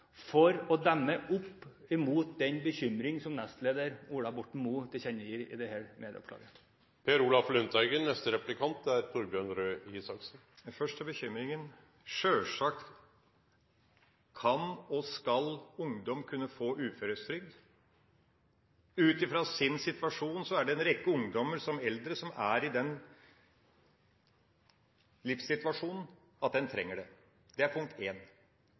for å demme opp for den bekymring som nestleder Ola Borten Moe tilkjennegir i dette medieoppslaget? Først til bekymringa: sjølsagt kan og skal ungdom kunne få uføretrygd. Ut fra sin situasjon er det en rekke ungdommer – som eldre – som er i den livssituasjonen at de trenger det. Det er punkt